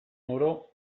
oro